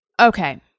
Okay